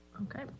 okay